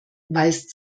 weist